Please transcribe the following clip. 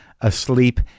asleep